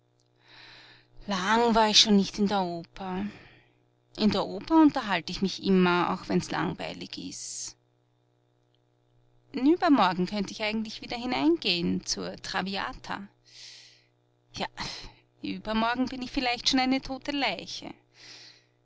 lang war ich schon nicht in der oper in der oper unterhalt ich mich immer auch wenn's langweilig ist übermorgen könnt ich eigentlich wieder hineingeh'n zur traviata ja übermorgen bin ich vielleicht schon eine tote leiche